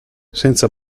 senza